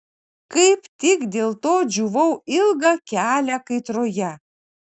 kaip tik dėl to džiūvau ilgą kelią kaitroje